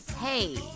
Hey